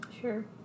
Sure